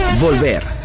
volver